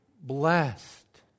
blessed